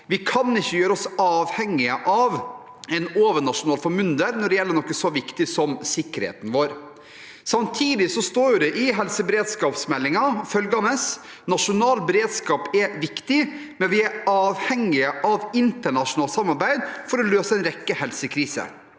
«Vi kan ikke gjøre oss avhengige av en overnasjonal formynder når det gjelder noe så viktig som sikkerheten vår.» Samtidig står det følgende i helseberedskapsmeldingen: «Nasjonal beredskap er viktig, men vi er avhengige av internasjonalt samarbeid for å løse en rekke helsekriser.